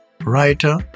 writer